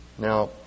Now